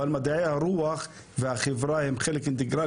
אבל מדעי הרוח והחברה הם חלק אינטגרלי